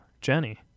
Jenny